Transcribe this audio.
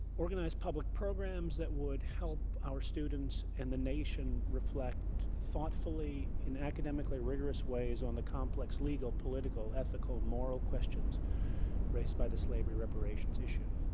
organize public programs that would help our students and the nation reflect thoughtfully in academically rigorous ways on the complex legal, political, ethical, moral questions raised by the slavery reparations issue.